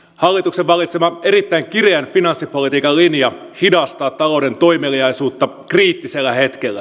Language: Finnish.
hallituksen valitsema erittäin kireän finanssipolitiikan linja hidastaa talouden toimeliaisuutta kriittisellä hetkellä